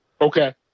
Okay